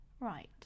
right